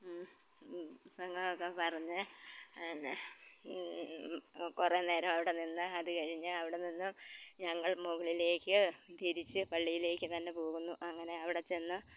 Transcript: പ്രസങ്ങമൊക്കെ പറഞ്ഞ് കുറേ നേരം അവിടെ നിന്ന് അതുകഴിഞ്ഞ് അവിടെ നിന്നും ഞങ്ങൾ മുകളിലേക്ക് തിരിച്ച് പള്ളിയിലേക്ക് തന്നെ പോകുന്നു അങ്ങനെ അവിടെ ചെന്ന്